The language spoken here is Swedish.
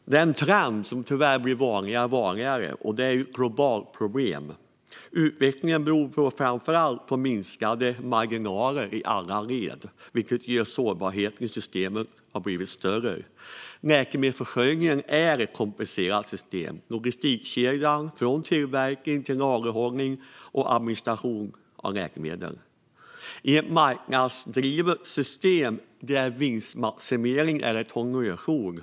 Det är en trend som tyvärr blir allt vanligare, och det är ett globalt problem. Utvecklingen beror framför allt på minskade marginaler i alla led. Detta gör att sårbarheten i systemet har blivit större. Läkemedelsförsörjningen är ett komplicerat system. Logistikkedjan går från tillverkning till lagerhållning och administration av läkemedel. I ett marknadsdrivet system är vinstmaximering ett honnörsord.